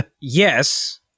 Yes